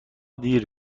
دیر